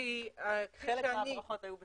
-- חלק מהברכות היו בציניות.